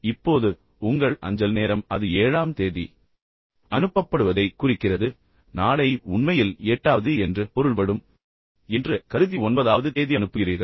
இப்போது உங்கள் அஞ்சல் நேரம் அது ஏழாம் தேதி அனுப்பப்படுவதைக் குறிக்கிறது நாளை உண்மையில் எட்டாவது என்று பொருள்படும் மேலும் அவர்கள் பத்தாம் தேதி உங்களை சந்திப்பார்கள் என்று கருதி ஒன்பதாவது தேதி அனுப்புகிறீர்கள்